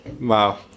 wow